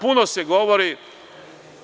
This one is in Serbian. Puno se govori